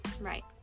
right